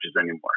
anymore